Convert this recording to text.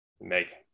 make